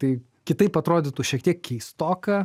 tai kitaip atrodytų šiek tiek keistoka